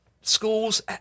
schools